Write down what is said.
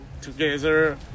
together